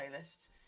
playlists